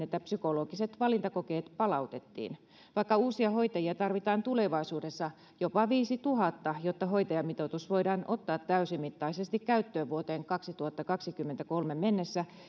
että psykologiset valintakokeet palautettiin vaikka uusia hoitajia tarvitaan tulevaisuudessa jopa viisituhatta jotta hoitajamitoitus voidaan ottaa täysimittaisesti käyttöön vuoteen kaksituhattakaksikymmentäkolme mennessä